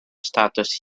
status